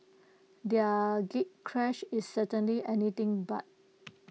their gatecrash is certainly anything but